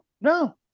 no